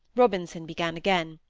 robinson began again